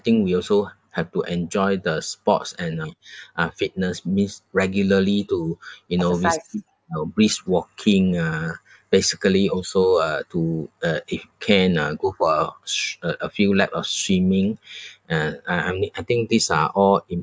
I think we also have to enjoy the sports and uh uh fitness means regularly to you know brisk walking ah basically also uh to uh if can ah go for a sw~ a a few lap of swimming uh I'm I'm need I think these are all